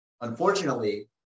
Unfortunately